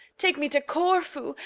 take me to corfu,